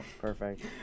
Perfect